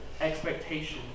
Expectation